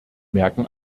merken